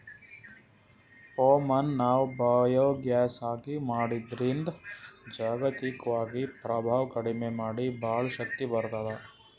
ಪೋಮ್ ಅನ್ನ್ ನಾವ್ ಬಯೋಗ್ಯಾಸ್ ಆಗಿ ಮಾಡದ್ರಿನ್ದ್ ಜಾಗತಿಕ್ವಾಗಿ ಪ್ರಭಾವ್ ಕಡಿಮಿ ಮಾಡಿ ಭಾಳ್ ಶಕ್ತಿ ಬರ್ತ್ತದ